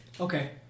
Okay